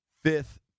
Fifth